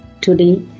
Today